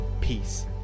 Peace